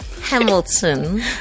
Hamilton